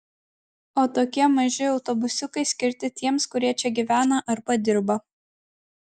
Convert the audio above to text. o tokie maži autobusiukai skirti tiems kurie čia gyvena arba dirba